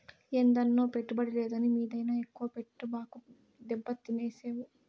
ఏందన్నో, పెట్టుబడి దేని మీదైనా ఎక్కువ పెట్టబాకు, దెబ్బతినేవు